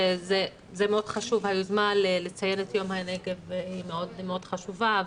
היוזמה לציון יום הנגב מאוד חשובה.